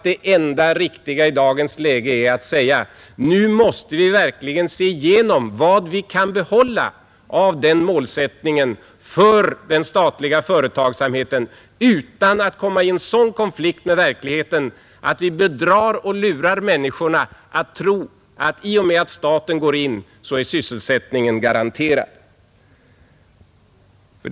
Det enda riktiga i dagens läge vore att säga: Nu måste vi verkligen se igenom vad vi kan behålla av målsättningen för den statliga företagsamheten utan att råka i sådan konflikt med verkligheten att vi lurar människorna att tro att sysselsättningen är garanterad i och med att staten går in i verksamheten.